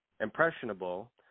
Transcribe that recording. impressionable